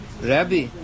Rabbi